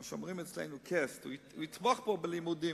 מה שאומרים אצלנו "קעסט"; הוא יתמוך בו בלימודים.